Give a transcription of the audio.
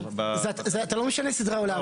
אתה לא משנה סדרי עולם.